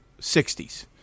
60s